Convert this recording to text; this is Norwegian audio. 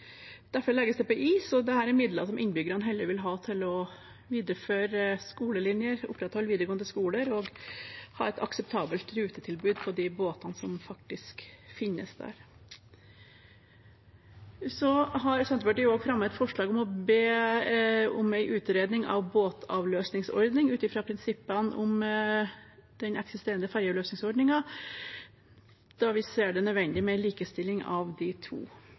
innbyggerne heller vil ha til å videreføre skolelinjer, opprettholde videregående skoler og ha et akseptabelt rutetilbud på de båtene som faktisk finnes der. Så har Senterpartiet fremmet et forslag om å be om en utredning av en båtavløsningsordning ut ifra prinsippene i den eksisterende ferjeavløsningsordningen, da vi ser det som nødvendig med en likestilling av de to.